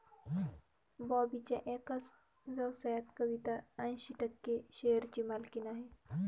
बॉबीच्या एकाच व्यवसायात कविता ऐंशी टक्के शेअरची मालकीण आहे